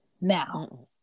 Now